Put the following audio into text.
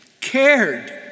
cared